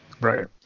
Right